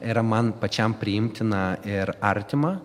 yra man pačiam priimtina ir artima